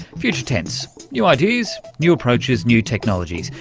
future tense, new ideas, new approaches, new technologies,